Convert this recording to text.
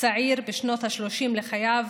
צעיר בשנות ה-30 לחייו,